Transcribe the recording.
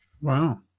Wow